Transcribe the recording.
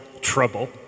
trouble